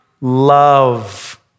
Love